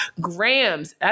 grams